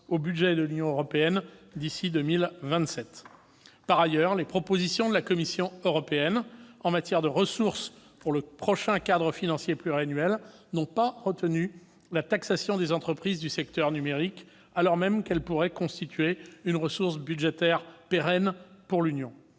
au budget de l'Union européenne d'ici à 2027 ? Par ailleurs, les propositions de la Commission européenne en matière de ressources pour le prochain cadre financier pluriannuel n'ont pas retenu la taxation des entreprises du secteur numérique, alors même que celle-ci pourrait constituer une ressource budgétaire pérenne pour l'Union.